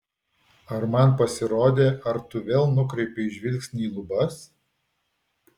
ar man pasirodė ar tu vėl nukreipei žvilgsnį į lubas